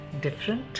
different